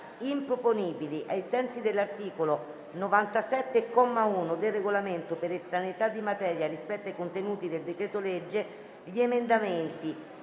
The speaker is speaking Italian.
improponibili ai sensi dell'articolo 97, comma 1, del Regolamento per estraneità di materia rispetto ai contenuti del decreto-legge, gli emendamenti